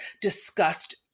discussed